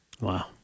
Wow